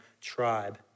tribe